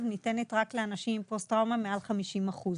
ניתנת רק לאנשים עם פוסט טראומה עם מעל 50 אחוזים.